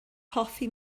hoffi